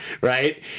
right